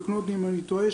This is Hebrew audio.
תקנו אותי אם אני טועה,